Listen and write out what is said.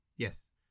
Yes